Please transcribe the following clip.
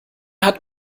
hat